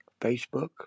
Facebook